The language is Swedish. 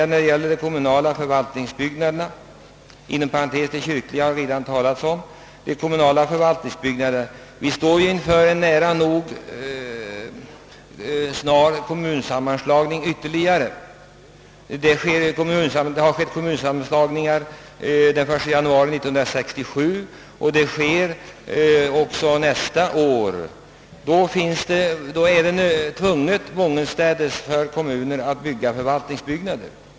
När det gäller de kommunala förvaltningsbyggnaderna — de kyrkliga har det redan talats om — står vi inför en snar ytterligare kommunsammanslagning. Det har skett kommunsammanslagningar den 1 januari 1967, och det kommer att ske också nästa år. Många kommuner blir då tvungna att bygga förvaltningsbyggnader.